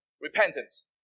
repentance